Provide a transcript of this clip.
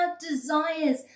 desires